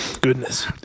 Goodness